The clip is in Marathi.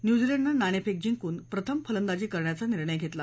न्यूझीलंडनं नाणेफेक जिंकून प्रथम फलंदाजी करण्याचा निर्णय घेतला